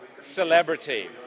celebrity